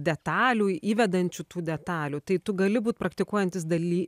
detalių įvedančių tų detalių tai tu gali būt praktikuojantis daly